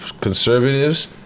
conservatives